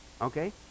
okay